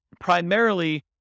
primarily